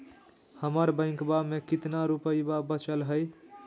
हमर बैंकवा में कितना रूपयवा बचल हई?